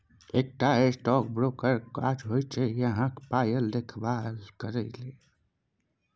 एकटा स्टॉक ब्रोकरक काज होइत छै अहाँक पायक देखभाल करब